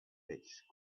fish